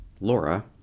Laura